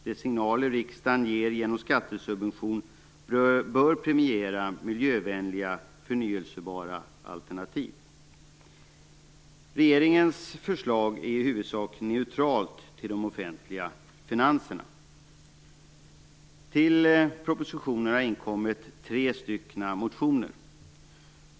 De signaler riksdagen ger genom skattesubvention bör premiera miljövänliga, förnyelsebara alternativ. Regeringens förslag är i huvudsak neutralt till de offentliga finanserna. Till propositionen har inkommit tre stycken motioner.